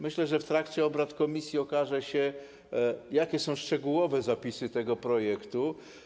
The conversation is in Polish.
Myślę, że w trakcie obrad komisji okaże się, jakie są szczegółowe zapisy tego projektu.